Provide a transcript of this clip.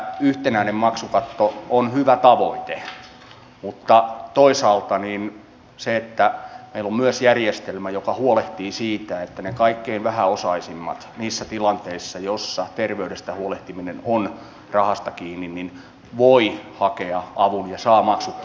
yhtenäinen maksukatto on hyvä tavoite mutta toisaalta meillä on myös järjestelmä joka huolehtii siitä että ne kaikkein vähäosaisimmat niissä tilanteissa joissa terveydestä huolehtiminen on rahasta kiinni voivat hakea avun ja saavat maksuttomia palveluja